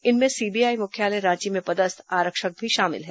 इनमें सीबीआई मुख्यालय रांची में पदस्थ आरक्षक भी शामिल हैं